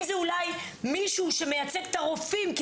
אם זה ממישהו שמייצג את הרופאים כי